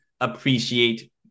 appreciate